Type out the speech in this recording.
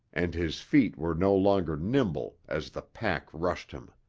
and his feet were no longer nimble as the pack rushed him.